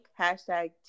hashtag